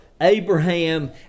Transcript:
Abraham